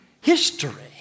history